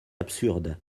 absurde